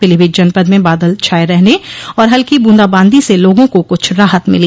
पीलीभीत जनपद में बादल छाये रहने और हल्की बूंदाबांदी से लोगों को कुछ राहत मिली